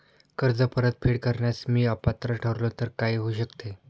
कर्ज परतफेड करण्यास मी अपात्र ठरलो तर काय होऊ शकते?